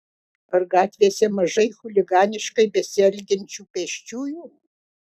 ar gatvėse mažai chuliganiškai besielgiančių pėsčiųjų